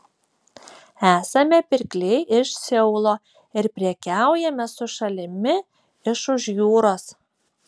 esame pirkliai iš seulo ir prekiaujame su šalimi iš už jūros